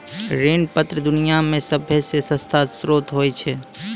ऋण पत्र दुनिया मे सभ्भे से सस्ता श्रोत होय छै